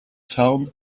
town